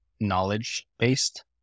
knowledge-based